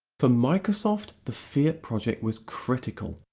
for microsoft, the fiat project was critical,